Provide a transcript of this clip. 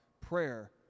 Prayer